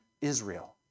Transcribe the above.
Israel